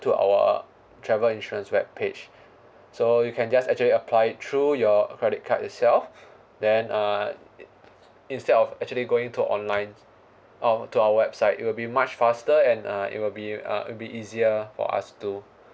to our travel insurance web page so you can just actually apply through your credit card itself then uh instead of actually going to online uh to our website it will be much faster and uh it will be a a bit easier for us too